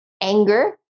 anger